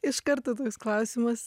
iš karto toks klausimas